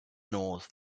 north